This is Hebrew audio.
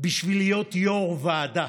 בשביל להיות יו"ר ועדה?